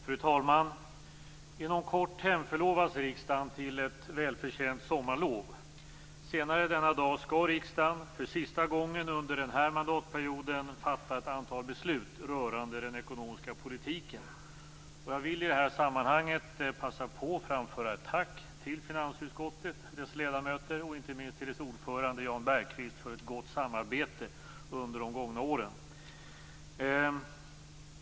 Fru talman! Inom kort hemförlovar sig riksdagen till ett välförtjänt sommarlov. Senare denna dag skall riksdagen för sista gången under den här mandatperioden fatta ett antal beslut rörande den ekonomiska politiken. Jag vill i det sammanhanget passa på att framföra ett tack till finansutskottet, dess ledamöter och inte minst dess ordförande Jan Bergqvist för ett gott samarbete under de gångna åren.